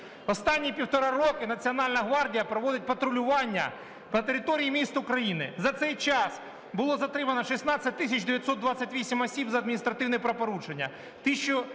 Останні півтора роки Національна гвардія проводить патрулювання по територіям міст України. За цей час було затримано 16 тисяч 928 осіб за адміністративне правопорушення,